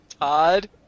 Todd